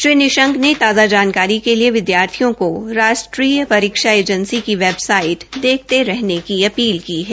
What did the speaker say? श्री निशंक ने तांज़ा जानकारी के लिए विद्दयार्थियों को राष्ट्रीय परीक्षा एजेंसी की वेबसाइट देखते रहने की अपील की है